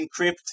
encrypt